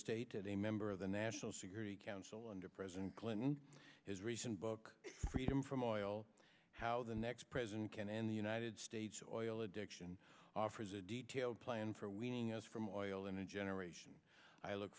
a member of the national security council under president clinton his recent book freedom from oil how the next president can end the united states or oil addiction offers a detailed plan for winning us from oil in a generation i look